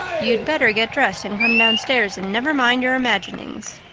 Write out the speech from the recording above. you'd better get dressed and come down-stairs and never mind your imaginings,